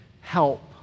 help